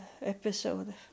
episode